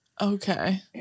Okay